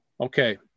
Okay